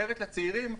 אומרת לצעירים: